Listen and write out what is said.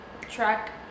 track